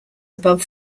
above